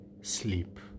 sleep